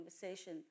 conversation